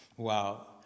wow